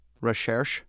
Recherche